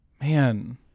Man